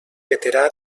veterà